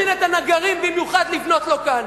שהוא הזמין את הנגרים במיוחד לבנות לו כאן,